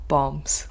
Bombs